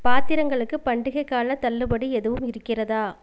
பாத்திரங்களுக்கு பண்டிகைக் காலத் தள்ளுபடி எதுவும் இருக்கிறதா